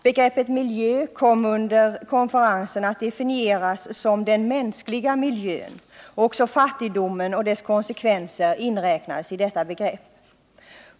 Begreppet miljö kom under konferensen att definieras som den mänskliga miljön. Också fattigdomen och dess konsekvenser inräknades i detta begrepp.